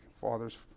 father's